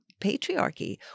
patriarchy